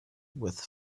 with